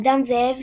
אדם זאב,